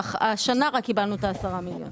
השנה קיבלנו את ה-10 מיליון.